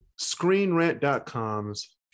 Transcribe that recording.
ScreenRant.com's